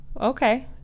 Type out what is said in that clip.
okay